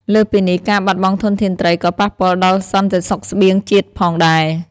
លើសពីនេះ ការបាត់បង់ធនធានត្រីក៏ប៉ះពាល់ដល់សន្តិសុខស្បៀងជាតិផងដែរ។